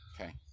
Okay